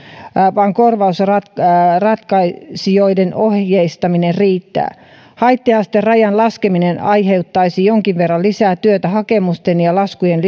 vaan korvausratkaisijoiden ohjeistaminen riittää haitta asterajan laskeminen aiheuttaisi jonkin verran lisää työtä hakemusten ja laskujen